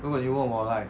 如果你问我 like